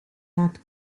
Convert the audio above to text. nat